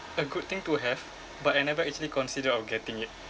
a good thing to have but I never actually consider of getting it